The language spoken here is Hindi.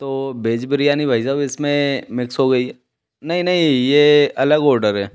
तो भेज बिरयानी भाई साहब इसमें मिस हो गयी है नहीं नहीं ये अलग ऑर्डर है